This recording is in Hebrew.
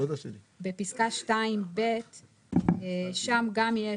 בפסקה 2ב שם גם יש